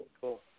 cool